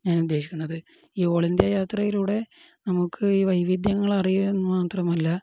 ഞാൻ ഉദ്ദേശിക്കുന്നത് ഈ ഓൾ ഇന്ത്യ യാത്രയിലൂടെ നമുക്ക് ഈ വൈവിധ്യങ്ങൾ അറിയുകയെന്നു മാത്രമല്ല